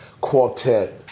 quartet